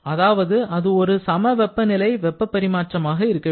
அதாவது அது ஒரு சம வெப்பநிலை வெப்ப பரிமாற்றமாக இருக்கவேண்டும்